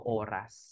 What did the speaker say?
oras